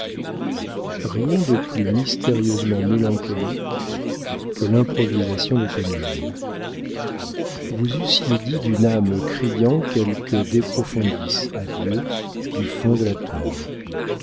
rien de plus mystérieusement mélancolique que l'improvisation de camille vous eussiez dit d'une âme criant quelque de profundis à dieu du fond de la tombe